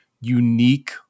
unique